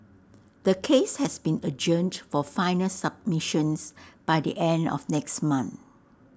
the case has been adjourned for final submissions by the end of next month